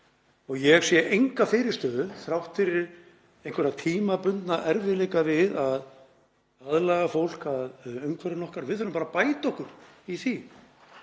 Ég sé enga fyrirstöðu, þrátt fyrir einhverja tímabundna erfiðleika, við að aðlaga fólk að umhverfinu okkar. Við þurfum bara að bæta okkur í því.